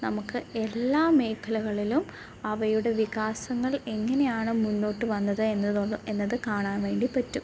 നമുക്ക് എല്ലാ മേഖലകളിലും അവയുടെ വികാസങ്ങൾ എങ്ങനെയാണ് മുന്നോട്ട് വന്നത് എന്നത് എന്നത് കാണാൻ വേണ്ടി പറ്റും